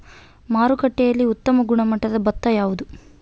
ಮಾರುಕಟ್ಟೆಯಲ್ಲಿ ಉತ್ತಮ ಗುಣಮಟ್ಟದ ಭತ್ತ ಯಾವುದು?